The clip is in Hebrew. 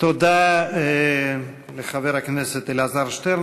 תודה לחבר הכנסת אלעזר שטרן.